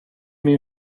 min